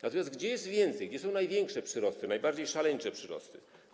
Natomiast gdzie jest więcej, gdzie są najwyższe przyrosty, najbardziej szaleńcze przyrosty?